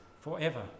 forever